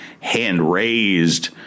hand-raised